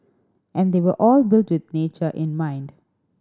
and they were all built with nature in mind